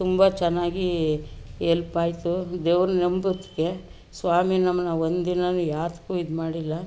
ತುಂಬ ಚೆನ್ನಾಗಿ ಹೆಲ್ಪಾಯ್ತು ದೇವ್ರು ನಂಬಿದ್ಕೆ ಸ್ವಾಮಿ ನಮ್ಮನ್ನು ಒಂದು ದಿನಾನು ಯಾವ್ದಕ್ಕೂ ಇದು ಮಾಡಿಲ್ಲ